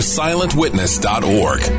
silentwitness.org